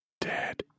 Dead